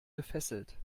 gefesselt